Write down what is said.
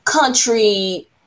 country